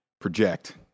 project